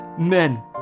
Men